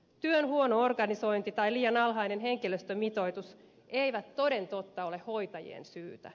työn huono organisointi tai liian alhainen henkilöstömitoitus eivät toden totta ole hoitajien syytä